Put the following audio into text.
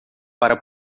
para